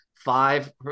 five